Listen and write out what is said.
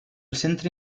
centre